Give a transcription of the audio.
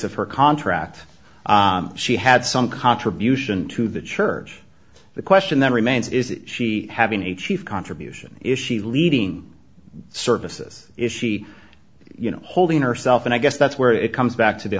of her contract she had some contribution to the church the question that remains is she having a chief contribution is she leaving services if she you know holding herself and i guess that's where it comes back to the